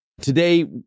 Today